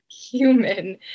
human